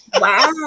Wow